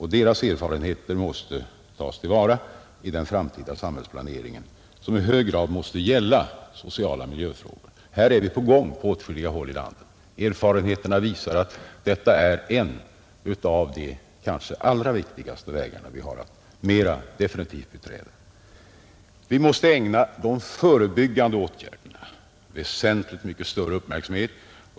Deras erfarenheter måste tas till vara i den framtida samhällsplaneringen, som i hög grad måste gälla sociala miljöfrågor. Här är vi på gång på åtskilliga håll i landet. Erfarenheterna visar att detta är en av de kanske allra viktigaste vägarna som vi har att mera definitivt beträda, Vi måste ägna de förebyggande åtgärderna väsentligt större uppmärksamhet.